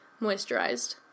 moisturized